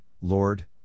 Lord